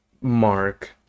Mark